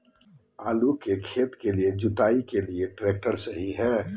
आलू का खेत जुताई के लिए ट्रैक्टर सही है?